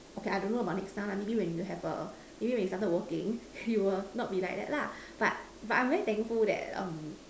okay I don't know about next time lah maybe when you have a a maybe when you started working you will not be like that lah but but I'm very thankful that um